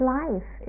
life